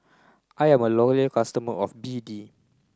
I am a loyal customer of B D